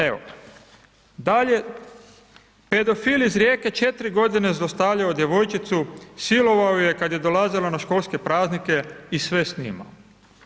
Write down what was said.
Evo, dalje, pedofil iz Rijeke 4 godine zlostavljao djevojčicu, silovao ju je kada je dolazila na školske praznike i sve snimao.